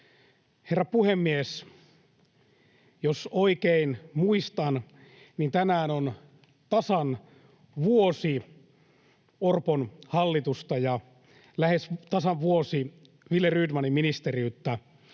Herra puhemies! Jos oikein muistan, niin tänään on tasan vuosi Orpon hallitusta ja lähes tasan vuosi Wille Rydmanin ministeriyttä,